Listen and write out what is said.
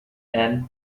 and